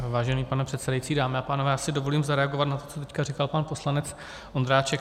Vážený pane předsedající, dámy a pánové, já si dovolím zareagovat na to, co říkal pan poslanec Ondráček.